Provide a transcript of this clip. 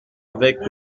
avec